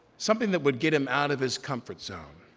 something that would get him out of his comfort zone,